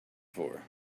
for